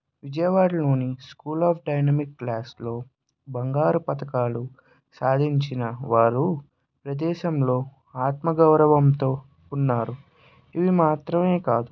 విజయవాడలోని school of dynamic క్లాసులో బంగారు పథకాలు సాధించిన వారు ప్రదేశంలో ఆత్మ గౌరవంతో ఉన్నారు ఇవి మాత్రమే కాదు